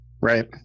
Right